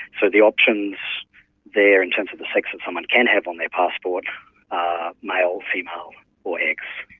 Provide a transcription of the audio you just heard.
so the options there in terms of the sex of someone can have on their passport are male, female or x.